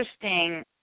interesting